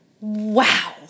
Wow